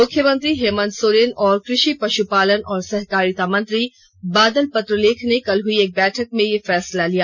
मुख्यमंत्री हेमंत सोरेन और कृषि पषुपालन और सहकारिता मंत्री बादल पत्रलेख ने कल हुई एक बैठक में यह फैसला लिया